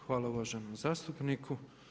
Hvala uvaženom zastupniku.